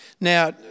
Now